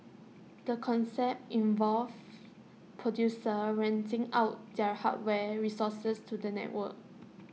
the concept involves producers renting out their hardware resources to the network